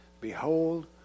Behold